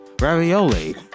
ravioli